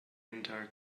entire